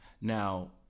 Now